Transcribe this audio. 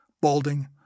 balding